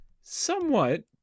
Somewhat